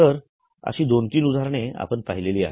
तर अशी दोन तीन उदाहरणे आपण पाहिली आहेत